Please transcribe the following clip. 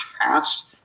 past